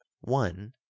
one